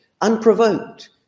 unprovoked